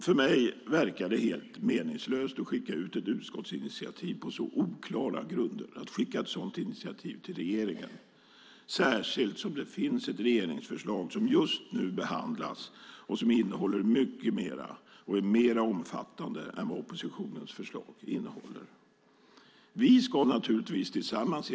För mig verkar det helt meningslöst att skicka ett utskottsinitiativ på så oklara grunder till regeringen, särskilt som det finns ett regeringsförslag som just nu behandlas och som innehåller mycket mer och är mer omfattande än oppositionens förslag.